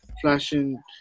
flashing